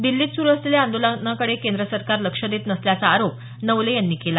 दिछीत सुरू असलेल्या आंदोलनाकडे केंद्र सरकार लक्ष देत नसल्याचा आरोप नवले यांनी केला